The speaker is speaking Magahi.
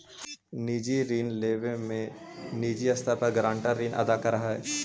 निजी ऋण लेवे में निजी स्तर पर गारंटर ऋण अदा करऽ हई